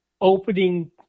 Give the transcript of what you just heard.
opening